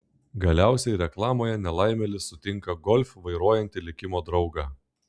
galiausiai reklamoje nelaimėlis sutinka golf vairuojantį likimo draugą